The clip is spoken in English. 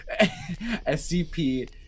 SCP-